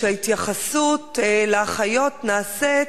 כי ההתייחסות לאחיות נעשית